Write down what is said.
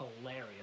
hilarious